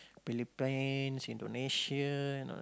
Philippines Indonesia no